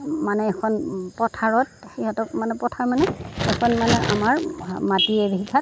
মানে এখন পথাৰত সিহঁতক মানে পথাৰ মানে এখন মানে আমাৰ মাটি এবিঘাত